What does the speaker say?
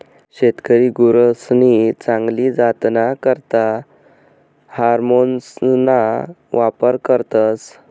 शेतकरी गुरसनी चांगली जातना करता हार्मोन्सना वापर करतस